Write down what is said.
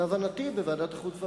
להבנתי, בוועדת החוץ והביטחון.